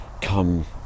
come